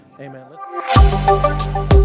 amen